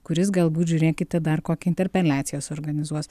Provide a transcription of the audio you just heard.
kuris galbūt žiūrėkite dar kokią interpeliaciją suorganizuos